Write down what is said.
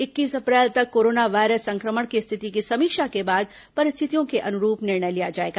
इक्कीस अप्रैल तक कोरोना वायरस संक्रमण की स्थिति की समीक्षा के बाद परिस्थितियों के अनुरूप निर्णय लिया जाएगा